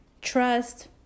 trust